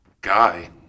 guy